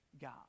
God